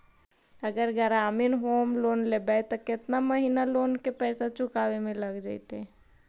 अगर ग्रामीण home loan लेबै त केतना महिना लोन के पैसा चुकावे में लग जैतै?